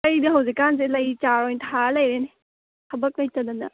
ꯑꯩꯗꯣ ꯍꯧꯖꯤꯛꯀꯥꯟꯁꯦ ꯂꯩ ꯆꯥꯔ ꯑꯣꯏꯅ ꯊꯥꯔ ꯂꯩꯔꯦꯅꯦ ꯊꯕꯛ ꯂꯩꯇꯗꯅ